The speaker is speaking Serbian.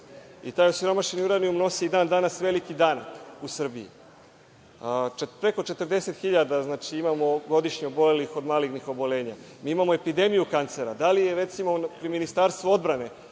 Taj osiromašeni uranijum nosi i dan danas veliki danak ul Srbiji. Preko 40 hiljada imamo godišnje obolelih od malignih oboljenja. Imamo epidemiju kancera. Da li je pri Ministarstvu odbrane,